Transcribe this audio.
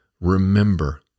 remember